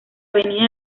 avenida